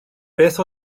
beth